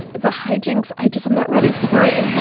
the hijinx. i just i'm not ready for it.